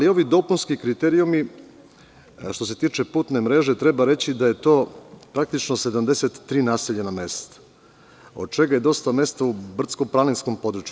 Ovi dopunski kriterijumi, što se tiče putne mreže, treba reći da je to praktično 73 naseljena mesta, od čega je dosta mesta u brdsko-planinskom području.